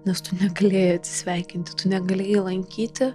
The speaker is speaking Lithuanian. nes tu negalėjai atsisveikinti tu negalėjai lankyti